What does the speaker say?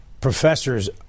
professors